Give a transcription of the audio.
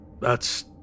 That's